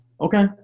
Okay